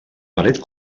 paret